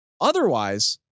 otherwise